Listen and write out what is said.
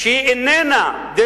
שהיא איננה יכולה,